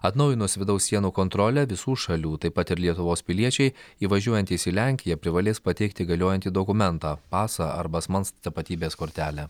atnaujinus vidaus sienų kontrolę visų šalių taip pat ir lietuvos piliečiai įvažiuojantys į lenkiją privalės pateikti galiojantį dokumentą pasą arba asmens tapatybės kortelę